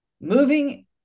Moving